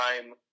time